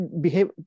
behave